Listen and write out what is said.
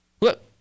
Look